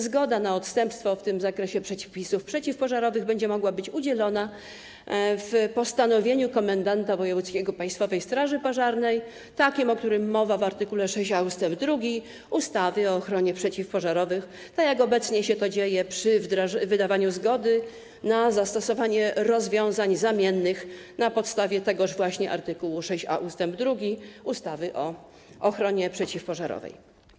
Zgoda na odstępstwo w zakresie przepisów przeciwpożarowych będzie mogła być udzielona w postanowieniu komendanta wojewódzkiego Państwowej Straży Pożarnej, o którym mowa w art. 6a ust. 2 ustawy o ochronie przeciwpożarowej, tak jak obecnie się to dzieje przy wydawaniu zgody na zastosowanie rozwiązań zamiennych na podstawie tegoż właśnie art. 6a ust. 2 ustawy o ochronie przeciwpożarowej.